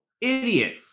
idiot